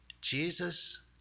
Jesus